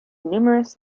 numerous